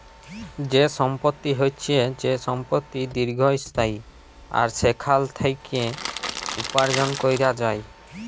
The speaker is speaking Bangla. যে সম্পত্তি হচ্যে যে সম্পত্তি দীর্ঘস্থায়ী আর সেখাল থেক্যে উপার্জন ক্যরা যায়